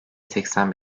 seksen